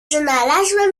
znalazłem